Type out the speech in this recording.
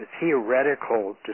theoretical